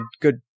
good